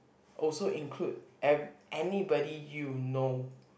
also include ev~ anybody you know